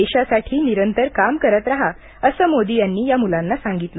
देशासाठी निरंतर काम करत रहा असे मोदी यांनी मुलांना सांगितले